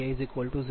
7 cos 2